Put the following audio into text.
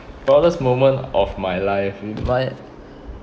proudest moment of my life in my